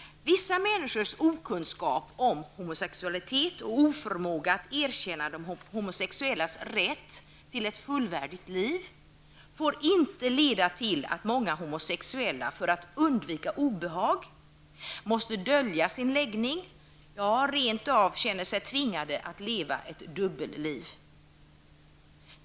Vissa människors okunskap om homosexualitet och oförmåga att erkänna de homosexuellas rätt till ett fullvärdigt liv får inte leda till att många homosexuella, för att undvika obehag, måste dölja sin läggning, ja, rent av känner sig tvingade att leva ett dubbelliv.